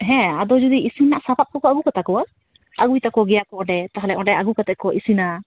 ᱦᱮᱸ ᱟᱫᱚ ᱡᱩᱫᱤ ᱤᱥᱤᱱ ᱨᱮᱱᱟᱜ ᱥᱟᱯᱟᱵ ᱠᱚᱠᱚ ᱟᱹᱜᱩ ᱠᱟᱛᱟ ᱠᱚᱣᱟ ᱟᱹᱜᱩᱭ ᱛᱟᱠᱚ ᱜᱮᱭᱟ ᱠᱚ ᱚᱸᱰᱮ ᱛᱟᱦᱚᱞᱮ ᱚᱸᱰᱮ ᱟᱹᱜᱩ ᱠᱟᱛᱮ ᱠᱚ ᱤᱥᱤᱱᱟ